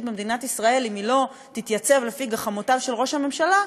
במדינת ישראל אם לא תתייצב לפי גחמותיו של ראש הממשלה.